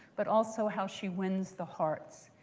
but also how she wins the hearts,